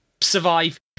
survive